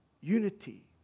unity